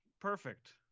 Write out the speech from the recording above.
perfect